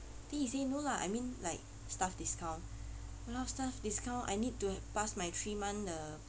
then he say no lah I mean like staff discount !walao! staff discount I need to pass my three month the